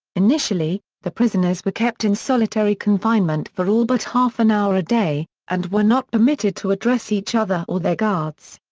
initially, the prisoners were kept in solitary confinement for all but half an hour a day, and were not permitted to address each other or their guards.